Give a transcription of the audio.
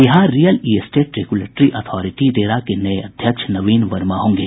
Bihar real estate regulatory authority RERA के नये अध्यक्ष नवीन वर्मा होंगे